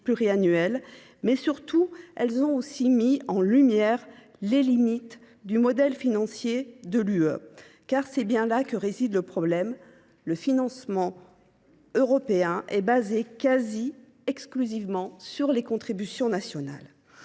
pluriannuel. Surtout, elles ont mis en lumière les limites du modèle financier de l’Union européenne. Car c’est bien là que réside le problème : un financement européen fondé quasi exclusivement sur les contributions nationales.